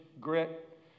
grit